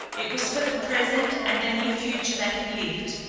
it was for the present and the near future that he lived,